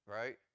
right